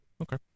okay